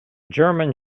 german